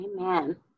Amen